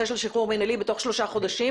של שחרור מינהלי בתוך שלושה חודשים,